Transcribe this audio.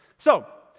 so,